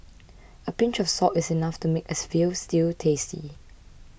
a pinch of salt is enough to make a Veal Stew tasty